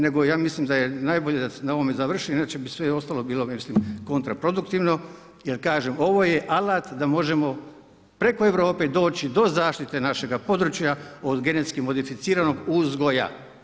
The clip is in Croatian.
Nego ja mislim da je najbolje da na ovome završim, inače bi sve ostalo bilo, ja mislim kontraproduktivno, jer kažem ovo je alat da možemo preko Europe doći do zaštite našega područja od genetski modificiranog uzgoja.